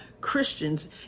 Christians